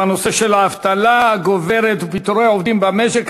בנושא של האבטלה הגוברת ופיטורי העובדים במשק.